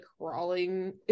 crawling